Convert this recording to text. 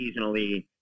seasonally